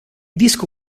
disco